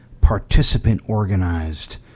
participant-organized